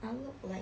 I'll look like